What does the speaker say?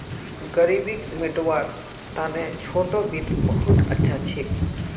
ग़रीबीक मितव्वार तने छोटो वित्त बहुत अच्छा छिको